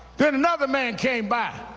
then another man came by